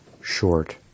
short